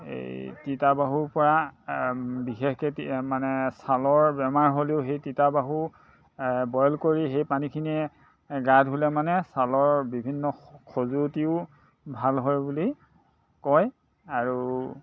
এই তিতা বাহুৰ পৰা বিশেষকে মানে ছালৰ বেমাৰ হ'লেও সেই তিতা বাহু বইল কৰি সেই পানীখিনি গা ধুলে মানে ছালৰ বিভিন্ন খজুৱতিও ভাল হয় বুলি কয় আৰু